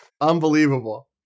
Unbelievable